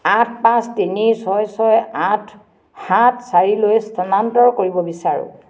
আঠ পাঁচ তিনি ছয় ছয় আঠ সাত চাৰিলৈ স্থানান্তৰ কৰিব বিচাৰো